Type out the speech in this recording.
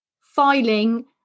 filing